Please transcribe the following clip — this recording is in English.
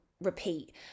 repeat